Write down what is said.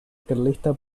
carlista